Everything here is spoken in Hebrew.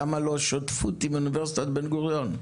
למה לא: שותפות עם אוניברסיטת בן-גוריון?